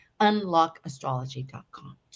unlockastrology.com